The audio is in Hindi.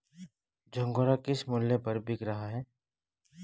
झंगोरा किस मूल्य पर बिक रहा है?